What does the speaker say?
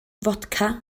fodca